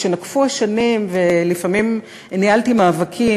כשנקפו השנים ולפעמים ניהלתי מאבקים